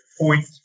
point